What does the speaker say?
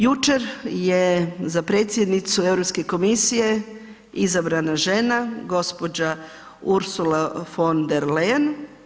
Jučer je za predsjednicu Europske komisije izabrana žena gđa Ursula von der Leyen.